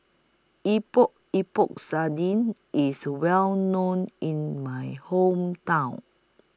Epok Epok Sardin IS Well known in My Hometown